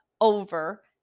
over